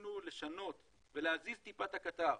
ורצינו לשנות ולהזיז טיפה את הקטר,